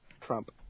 Trump